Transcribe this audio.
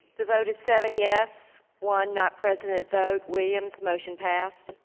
the vote is seven yes, one not present at vote. williams, motion passed.